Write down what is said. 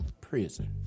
prison